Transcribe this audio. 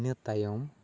ᱤᱱᱟᱹ ᱛᱟᱭᱚᱢ